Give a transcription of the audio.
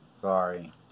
sorry